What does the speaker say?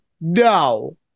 no